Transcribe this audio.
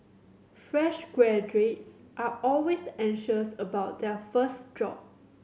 fresh graduates are always anxious about their first job